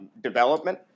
development